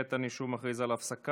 כעת אני שוב מכריז על הפסקה.